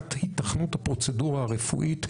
מבחינת היתכנות הפרוצדורה הרפואית,